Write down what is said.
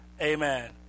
Amen